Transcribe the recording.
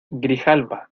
grijalba